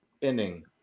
inning